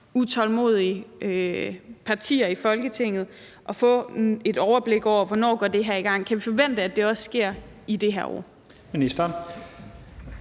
utålmodige partier i Folketinget at få et overblik over, hvornår det her går i gang. Kan vi forvente, at det også sker i det her år?